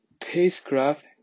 spacecraft